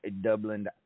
Dublin